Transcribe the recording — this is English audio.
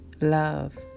love